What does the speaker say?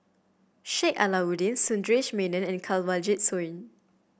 Sheik Alau'ddin Sundaresh Menon and Kanwaljit Soin